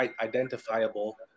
identifiable